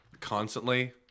constantly